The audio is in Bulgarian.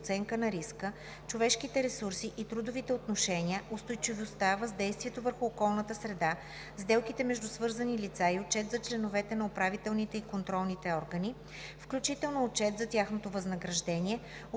оценка на риска, човешките ресурси и трудовите отношения, устойчивостта, въздействието върху околната среда, сделките между свързани лица и отчет за членовете на управителните и контролните органи, включително отчет за тяхното възнаграждение,